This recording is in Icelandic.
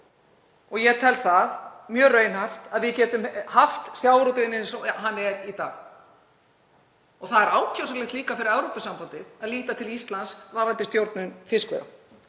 og ég tel það mjög raunhæft, að við getum haft sjávarútveginn eins og hann er í dag. Það er líka ákjósanlegt fyrir Evrópusambandið að líta til Íslands varðandi stjórn fiskveiða.